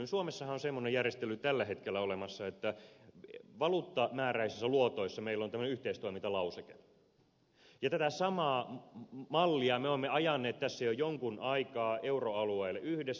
suomessahan on semmoinen järjestely tällä hetkellä olemassa että valuuttamääräisissä luotoissa meillä on tämmöinen yhteistoimintalauseke ja tätä samaa mallia me olemme ajaneet tässä jo jonkun aikaa euroalueelle yhdessä